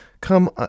come